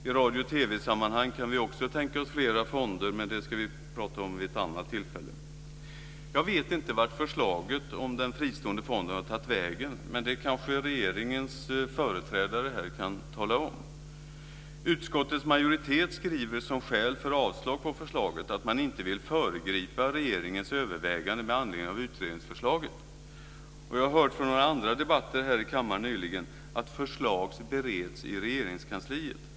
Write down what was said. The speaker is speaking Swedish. I radio och TV-sammanhang kan vi också tänka oss flera fonder. Men det ska vi prata om vid ett annat tillfälle. Jag vet inte vart förslaget om den fristående fonden har tagit vägen. Men det kanske regeringens företrädare här kan tala om. Utskottets majoritet skriver som skäl för avslag på förslaget att man inte vill föregripa regeringens övervägande med anledning av utredningsförslaget. Jag har hört från andra debatter här i kammaren nyligen att förslag bereds i Regeringskansliet.